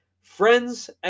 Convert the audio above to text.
Friends